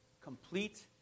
Complete